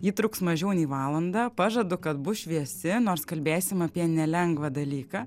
ji truks mažiau nei valandą pažadu kad bus šviesi nors kalbėsim apie nelengvą dalyką